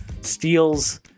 steals